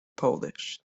polish